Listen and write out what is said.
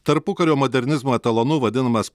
tarpukario modernizmo etalonu vadinamas